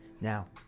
Now